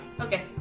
Okay